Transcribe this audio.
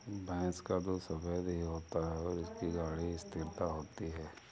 भैंस का दूध सफेद भी होता है और इसकी गाढ़ी स्थिरता होती है